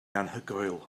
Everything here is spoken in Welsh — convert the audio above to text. anhygoel